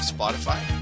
Spotify